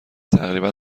تقریبا